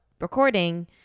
recording